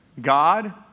God